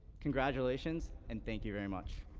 congratulations. and thank you very much.